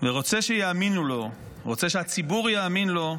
ורוצה שיאמינו לו, רוצה שהציבור יאמין לו,